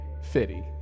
Fitty